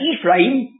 Ephraim